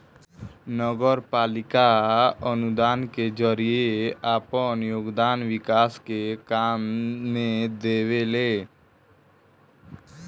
नगरपालिका अनुदान के जरिए आपन योगदान विकास के काम में देवेले